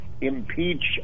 impeach